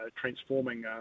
transforming